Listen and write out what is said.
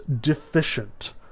deficient